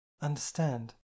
understand